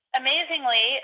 amazingly